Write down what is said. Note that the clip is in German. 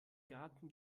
garten